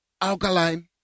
alkaline